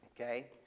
Okay